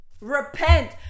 repent